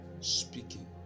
speaking